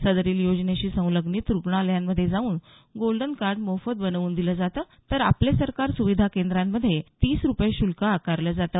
सदरील योजनेशी संलग्नित रुग्णालयांमध्ये गोल्डन कार्ड मोफत बनवून दिलं जातं आपले सरकार सुविधा केंद्रांमध्ये तीस रुपये शुल्क आकारले जाते